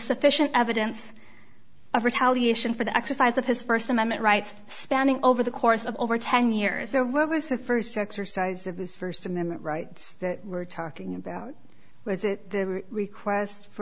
sufficient evidence of retaliation for the exercise of his first amendment rights standing over the course of over ten years so what was the first exercise of his first amendment rights that we're talking about was it the request for